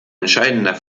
entscheidender